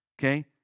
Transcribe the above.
okay